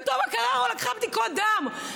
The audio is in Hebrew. וטובה קררו לקחה בדיקות דם.